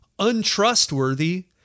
untrustworthy